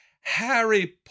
harry